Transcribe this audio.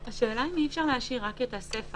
השאלה אם אי אפשר להשאיר רק את הסיפה.